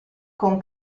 con